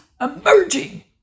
emerging